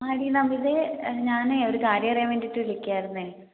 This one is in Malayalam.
ആടി നമിതെ ഞാനെ ഒര് കാര്യം അറിയാൻ വേണ്ടീട്ട് വിളിക്കുവായിരുന്നെ